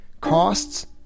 costs